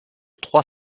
trois